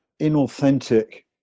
inauthentic